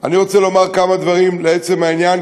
אני רוצה לומר כמה דברים לעצם העניין,